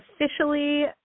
officially